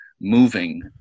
moving